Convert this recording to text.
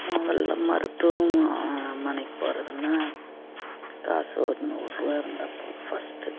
முதலில் மருத்துவ மனைக்கு போகறதுன்னா காசு ஒ ஒரு நூறு ரூவா இருந்தா போதும் ஃபர்ஸ்ட்டு